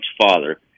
father